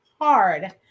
hard